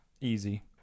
Easy